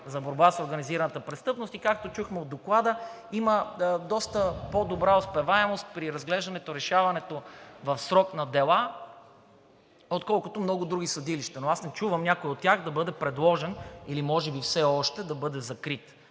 за борба с организираната престъпност. И както чухме от Доклада, има доста по-добра успеваемост при разглеждането, решаването в срок на дела, отколкото много други съдилища, но аз не чувам някой от тях да бъде предложен или може би все още да бъде закрит.